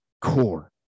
core